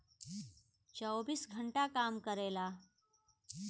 चौबीस घंटा काम करेला